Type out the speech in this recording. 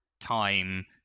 time